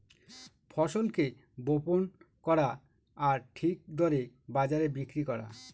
ফসলকে বপন করা আর ঠিক দরে বাজারে বিক্রি করা